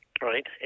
right